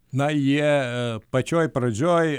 na jie pačioj pradžioj